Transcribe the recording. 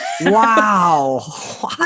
Wow